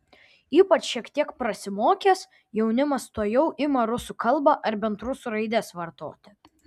ypač šiek tiek prasimokęs jaunimas tuojau ima rusų kalbą ar bent rusų raides vartoti